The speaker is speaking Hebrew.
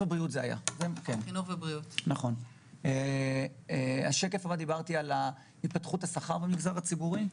השקף הבא מראה את התפתחות השכר במגזר הציבורי.